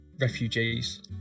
refugees